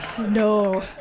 no